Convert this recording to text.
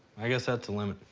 i guess that's the limit.